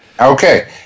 Okay